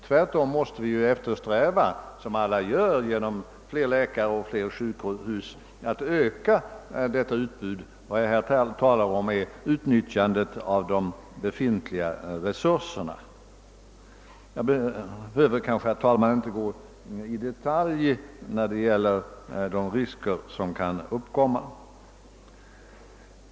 Tvärtom måste vi eftersträva att både öka tillgången på läkare och sjukhus samt att öka utnyttjandet av de befintliga resurserna. Jag behöver kanske inte i detalj gå in på de risker som annars kan uppkomna.